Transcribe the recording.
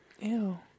Ew